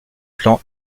clan